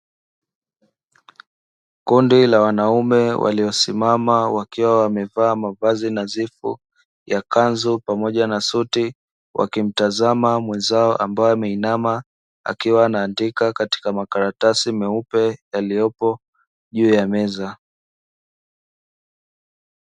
Kundi la wanaume waliosimama, wakiwa wamevaa mavazi nadhifu ya kanzu pamoja na suti, wakimtazama mwenzao ambaye ameinama akiwa anaandika katika makaratasi meupe yaliyopo juu ya meza.